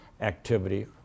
activity